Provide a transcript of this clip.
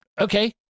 okay